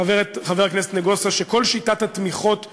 חבר הכנסת נגוסה, שכל שיטת התמיכות הממשלתית,